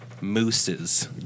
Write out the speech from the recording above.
mooses